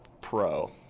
pro